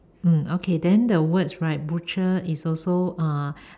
mm okay and the words right butcher is also uh